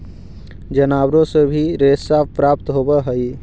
जनावारो से भी रेशा प्राप्त होवऽ हई